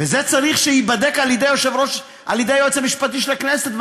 צריך שזה ייבדק על ידי היועץ המשפטי של הכנסת,